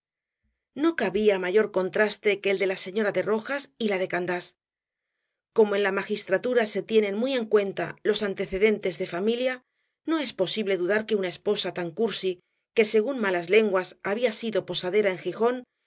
no cabía mayor contraste que el de la señora de rojas y la de candás como en la magistratura se tienen muy en cuenta los antecedentes de familia no es posible dudar que una esposa tan cursi que según malas lenguas había sido posadera en gijón